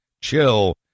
chill